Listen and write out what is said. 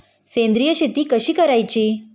सेंद्रिय शेती कशी करायची?